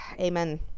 amen